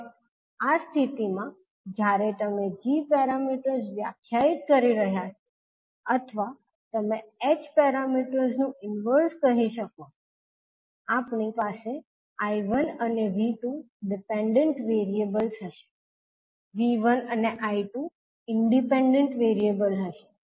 હવે આ સ્થિતિમાં જ્યારે તમે g પેરામીટર્સ વ્યાખ્યાયિત કરી રહ્યા છો અથવા તમે h પેરામીટર્સ નું ઇનવર્ઝ કહી શકો છો આપણી પાસે I1 અને 𝐕2 ડિપેન્ડન્ટ વેરિએબલ્સ હશે 𝐕1 અને 𝐈2 ઇંડિપેન્ડન્ટ વેરિએબલ હશે